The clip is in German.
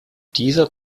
dieser